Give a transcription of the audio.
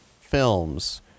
films